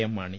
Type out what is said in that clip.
M Mani